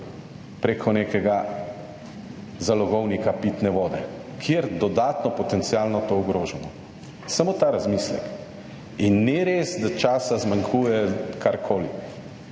preko nekega zalogovnika pitne vode, kjer dodatno potencialno to ogrožamo. Samo ta razmislek. Ni res, da časa zmanjkuje, karkoli.